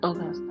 Okay